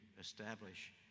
establish